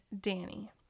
Danny